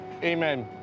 Amen